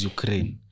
Ukraine